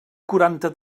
quaranta